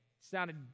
Sounded